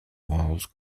walls